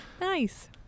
Nice